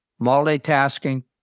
multitasking